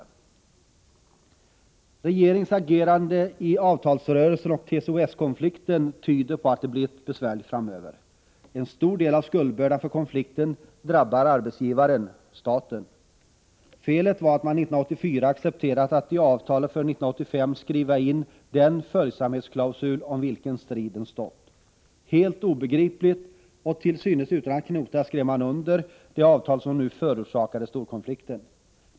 Regeringens agerande i avtalsrörelsen och i TCO-S-konflikten tyder på att det blir besvärligt framöver. En stor del av skulden till konflikten faller på arbetsgivaren-staten. Felet var att man 1984 accepterade att i avtalet för 1985 skriva in den följsamhetsklausul om vilken striden stått. Helt obegripligt och till synes utan att knota skrev man under det avtal som nu förorsakade storkonflikten.